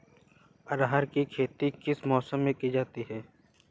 अरहर की खेती किस मौसम में की जाती है?